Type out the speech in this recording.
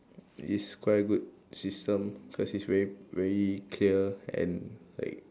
it's quite a good system cause it's very very clear and like